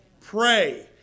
Pray